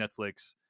Netflix